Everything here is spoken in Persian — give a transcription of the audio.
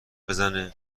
بزنه